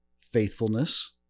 faithfulness